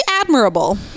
admirable